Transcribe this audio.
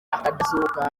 akadasohoka